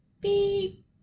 beep